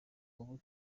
ubu